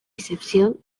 excepción